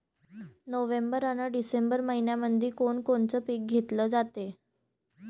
November अन December मइन्यामंधी कोण कोनचं पीक घेतलं जाते?